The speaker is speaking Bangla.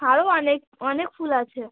আরো অনেক অনেক ফুল আছে